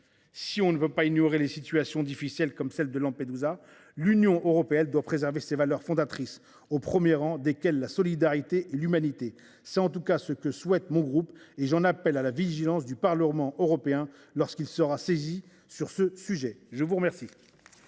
Si elle ne peut pas ignorer les situations difficiles, comme celle de Lampedusa, l’Union européenne doit tout de même préserver ses valeurs fondatrices, au premier rang desquelles la solidarité et l’humanité. C’est en tout cas ce que souhaite mon groupe. J’en appelle à la vigilance du Parlement européen lorsqu’il sera saisi de ce sujet. La parole